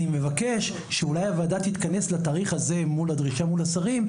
אני מבקש שאולי הוועדה תתכנס לתאריך הזה מול הדרישה מול השרים,